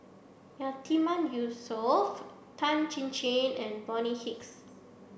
Yatiman Yusof Tan Chin Chin and Bonny Hicks